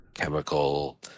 chemical